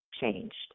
changed